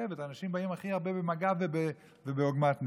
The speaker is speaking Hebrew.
וברכבת אנשים באים הכי הרבה במגע, ובעוגמת נפש.